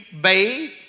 bathe